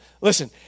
listen